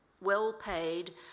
well-paid